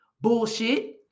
Bullshit